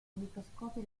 microscopio